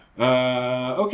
Okay